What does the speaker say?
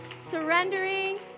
surrendering